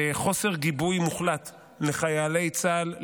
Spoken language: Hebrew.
זה חוסר גיבוי מוחלט לחיילי צה"ל,